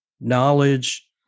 knowledge